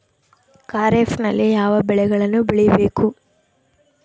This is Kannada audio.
ಖಾರೇಫ್ ನಲ್ಲಿ ಯಾವ ಬೆಳೆಗಳನ್ನು ಬೆಳಿಬೇಕು?